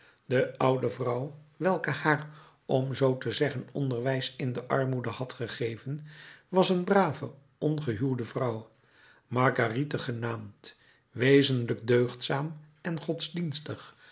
de oude vrouw welke haar om zoo te zeggen onderwijs in de armoede had gegeven was een brave ongehuwde vrouw marguerite genaamd wezenlijk deugdzaam en godsdienstig